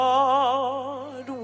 God